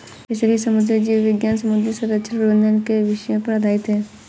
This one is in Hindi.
फिशरीज समुद्री जीव विज्ञान समुद्री संरक्षण प्रबंधन के विषयों पर आधारित है